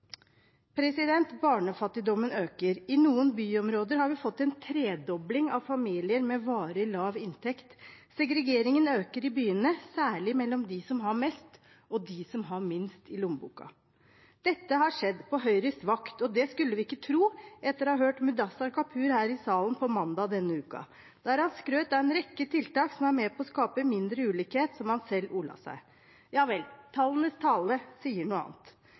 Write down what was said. Barnefattigdommen øker. I noen byområder har vi fått en tredobling av familier med varig lav inntekt. Segregeringen øker i byene, særlig mellom dem som har mest, og dem som har minst i lommeboka. Dette har skjedd på Høyres vakt – og det skulle vi ikke tro etter å ha hørt Mudassar Kapur her i salen på mandag denne uka. Da skrøt han av en rekke tiltak som – slik han ordla seg – er med på å skape mindre ulikhet. Vel, tallenes tale sier noe annet.